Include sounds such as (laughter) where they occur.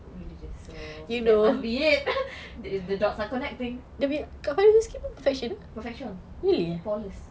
religious so that must be it (laughs) the dots are connecting perfection tallest